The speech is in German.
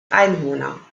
einwohner